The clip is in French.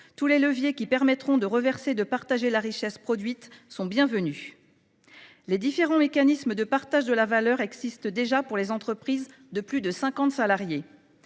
Tous les leviers permettant de reverser et de partager la richesse produite sont bienvenus. Les différents mécanismes de partage de la valeur existaient déjà pour les entreprises de plus de 50 salariés.